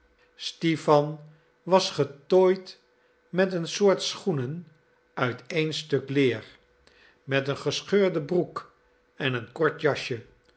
stipan was getooid met een soort schoenen uit één stuk leer met een gescheurde broek en een kort jasje